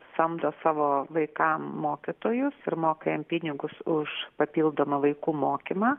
samdo savo vaikam mokytojus ir moka jiem pinigus už papildomą vaikų mokymą